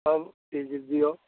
सब चीज दिऔ